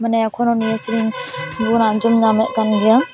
ᱢᱟᱱᱮ ᱮᱠᱷᱚᱱᱳ ᱱᱤᱭᱟᱹ ᱥᱮᱨᱮᱧ ᱵᱩᱱ ᱟᱸᱡᱚᱢ ᱧᱟᱢᱮᱫ ᱠᱟᱱ ᱜᱮᱭᱟ